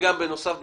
בנוסף לזה,